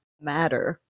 matter